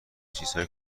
چیزهایی